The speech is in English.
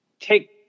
take –